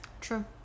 True